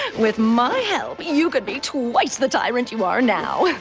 with my help, you could be twice the tyrant you are now.